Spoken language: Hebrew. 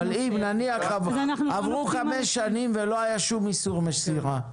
נניח עברו 5 שנים ולא היה שום אישור מסירה.